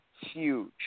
huge